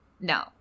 No